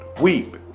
weep